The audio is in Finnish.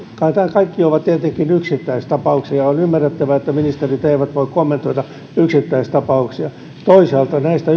kaikki ovat tietenkin yksittäistapauksia ja on ymmärrettävää että ministerit eivät voi kommentoida yksittäistapauksia toisaalta näistä